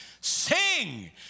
Sing